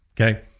okay